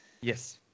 Yes